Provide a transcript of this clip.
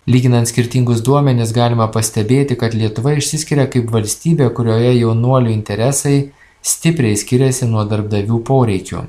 lyginant skirtingus duomenis galima pastebėti kad lietuva išsiskiria kaip valstybė kurioje jaunuolių interesai stipriai skiriasi nuo darbdavių poreikių